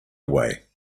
away